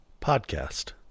podcast